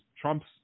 Trump's